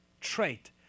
trait